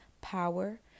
power